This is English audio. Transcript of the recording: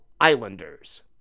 Islanders